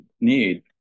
need